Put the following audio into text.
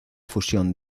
fusión